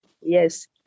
yes